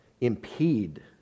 impede